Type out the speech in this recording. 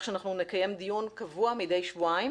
שאנחנו נקיים דיון קבוע מדי שבועיים,